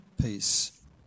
peace